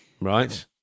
Right